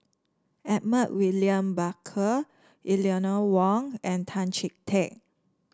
Edmund William Barker Eleanor Wong and Tan Chee Teck